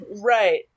Right